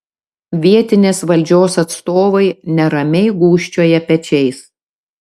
vietinės valdžios atstovai neramiai gūžčioja pečiais